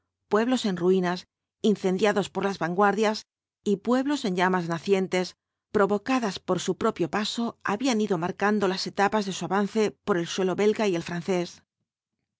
pueblos en ruinas incendiados por las vanguardias y pueblos en llamas nacientes provocadas por su propio paso habían ido marcando las etapas de su avance por el suelo belga y el francés